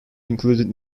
included